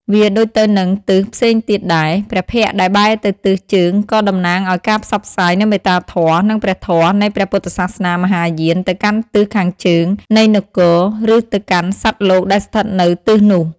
វាដូចទៅនឹងទិសផ្សេងទៀតដែរ ព្រះភ័ក្ត្រដែលបែរទៅទិសជើងក៏តំណាងឱ្យការផ្សព្វផ្សាយនូវមេត្តាធម៌និងព្រះធម៌នៃព្រះពុទ្ធសាសនាមហាយានទៅកាន់ទិសខាងជើងនៃនគរ ឬទៅកាន់សត្វលោកដែលស្ថិតនៅទិសនោះ។